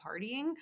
partying